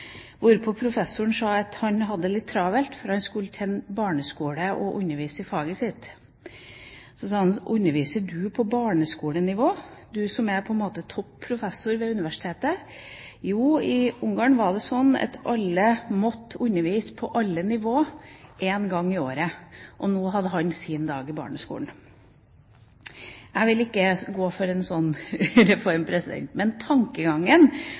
hvorpå denne professoren sa at han hadde det litt travelt, for han skulle til en barneskole og undervise i faget sitt. Så spurte min venn: Underviser du på barneskolenivå, du som er topp professor ved universitetet? Jo, i Ungarn var det slik at alle måtte undervise på alle nivåer én gang i året, og nå hadde han sin dag i barneskolen. Jeg vil ikke gå for en slik reform, men tankegangen